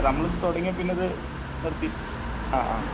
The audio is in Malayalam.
ഇപ്പം നമ്മളിപ്പോൾ തുടങ്ങിയാൽ പിന്നത് നിർത്തി ആ ആ